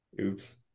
Oops